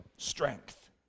Strength